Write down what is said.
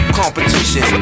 competition